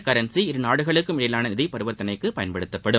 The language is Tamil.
கரன்சி இருநாடுகளுக்கும் இடையிலான நிதி பரிவர்த்தனைக்கு இந்த பயன்படுத்தப்படும்